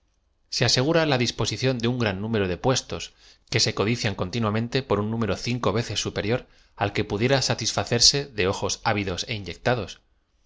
se ase gura la disposición de un gran número de puestos que se codician continuamente por un número cinco veces superior a l que pudiera satisfacerse de ojos ávidos é inyectados